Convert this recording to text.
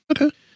Okay